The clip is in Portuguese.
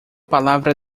palavra